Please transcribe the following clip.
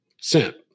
sent